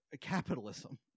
capitalism